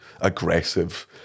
aggressive